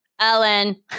ellen